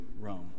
Rome